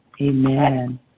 amen